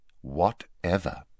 Whatever